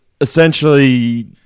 essentially